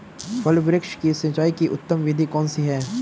फल वृक्ष की सिंचाई की उत्तम विधि कौन सी है?